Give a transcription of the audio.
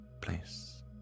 place